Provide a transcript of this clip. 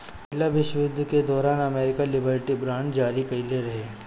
पहिला विश्व युद्ध के दौरान अमेरिका लिबर्टी बांड जारी कईले रहे